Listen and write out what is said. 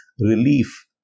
relief